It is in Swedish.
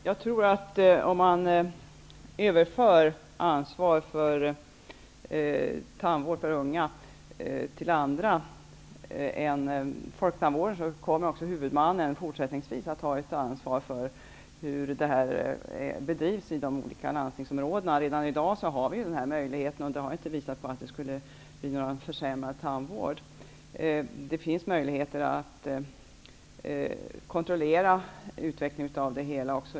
Fru talman! Om man överför ansvaret för barn och ungdomstandvård till andra än folktandvården kommer också dessa huvudmän fortsättningsvis att ha ett ansvar för hur tandvården bedrivs i de olika lanstingsområdena. Redan i dag har vi denna möjlighet, och den har inte visat på att det skulle bli någon försämrad tandvård. Det finns möjlighet att kontrollera utvecklingen av det hela.